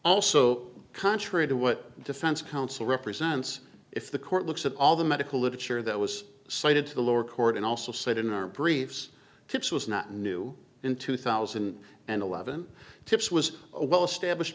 also contrary to what defense counsel represents if the court looks at all the medical literature that was cited to the lower court and also said in our briefs tip's was not new in two thousand and eleven tips was a well established